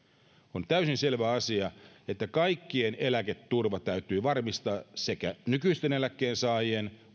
on täysin selvä asia että kaikkien eläketurva täytyy varmistaa oikeudenmukaisella tavalla sekä nykyisten eläkkeensaajien